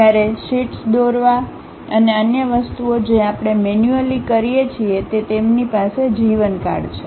જ્યારે શીટ્સ દોરવા અને અન્ય વસ્તુઓ જે આપણે મેન્યુઅલી કરીએ છીએ તે તેમની પાસે જીવનકાળ છે